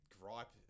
gripe